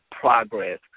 progress